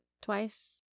twice